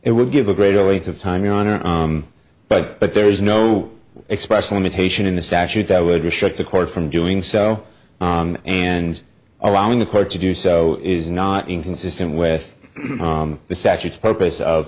it would give a greater length of time your honor but but there is no express limitation in the statute that would restrict the court from doing so and allowing the court to do so is not inconsistent with the statutes purpose of